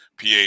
PA